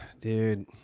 Dude